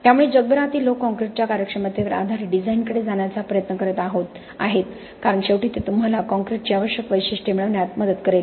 त्यामुळे जगभरातील लोक कॉंक्रिटच्या कार्यक्षमतेवर आधारित डिझाइनकडे जाण्याचा प्रयत्न करत आहेत कारण शेवटी ते तुम्हाला कंक्रीटची आवश्यक वैशिष्ट्ये मिळविण्यात मदत करेल